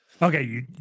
Okay